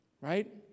Right